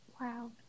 wow